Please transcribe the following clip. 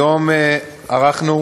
היום ערכנו